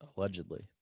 allegedly